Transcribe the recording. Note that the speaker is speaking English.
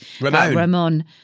Ramon